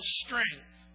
strength